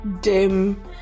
dim